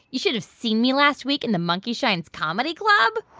you should have seen me last week in the monkey shines comedy club